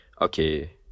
Okay